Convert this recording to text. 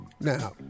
now